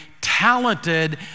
talented